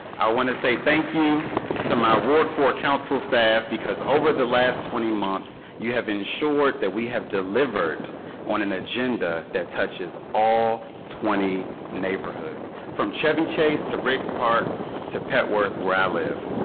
i want to say thank you to my ward four council staff because over the last twenty months, you have ensured that we have delivered on an agenda that touches all twenty neighborhoods. from chevy chase to riggs park to petworth where i live.